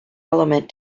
element